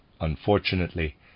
unfortunately